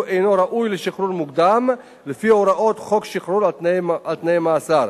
אינו ראוי לשחרור מוקדם לפי הוראות חוק שחרור על-תנאי ממאסר.